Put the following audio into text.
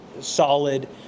solid